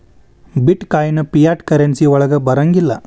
ಬಿಟ್ coin fiat currency ವಳಗ್ ಬರಂಗಿಲ್ಲಾ